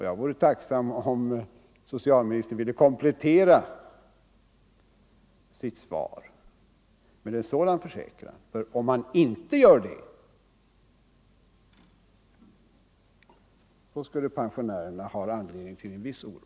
Jag vore tacksam om socialministern ville komplettera sitt svar med en sådan försäkran. Om han inte gör det skulle pensionärerna ha anledning till en viss oro.